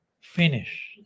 finish